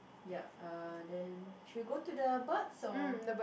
ya uh then should go to the birds or